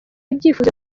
ibyifuzo